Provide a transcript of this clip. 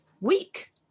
week